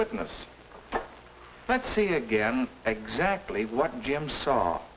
witness let's see again exactly what jim s